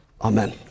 Amen